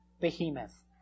behemoth